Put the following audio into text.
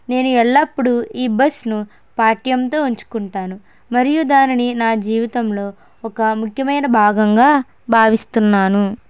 నేను ఎల్లప్పుడూ ఈ బస్ను పాట్యంతో ఉంచుకుంటాను మరియు దానిని నా జీవితంలో ఒక ముఖ్యమైన భాగంగా భావిస్తున్నాను